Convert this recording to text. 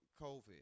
COVID